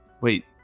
Wait